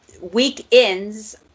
weekends